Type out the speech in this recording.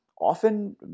often